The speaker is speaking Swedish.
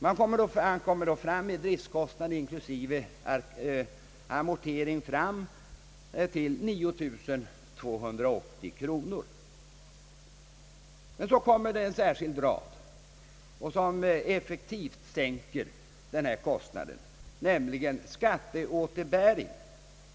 Man kommer då för driftkostnader inklusive amortering fram till en summa av 9 280 kronor. Sedan kommer det en särskild rad i broschyren som effektivt sänker kostnaden, nämligen om skatteåterbäring.